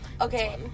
Okay